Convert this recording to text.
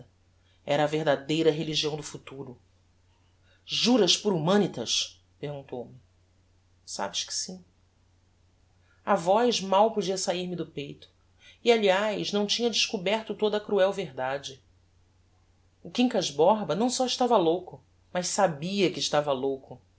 era a verdadeira religião do futuro juras por humanitas perguntou-me sabes que sim a voz mal podia sair me do peito e aliás não tinha descoberto toda a cruel verdade o quincas borba não só estava louco mas sabia que estava louco